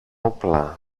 όπλα